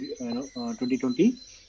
2020